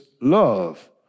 love